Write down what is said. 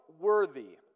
worthy